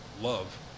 love